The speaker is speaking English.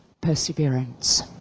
perseverance